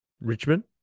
Richmond